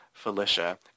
Felicia